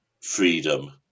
freedom